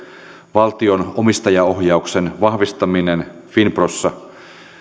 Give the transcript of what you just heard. valtion omistajaohjauksen vahvistaminen finprossa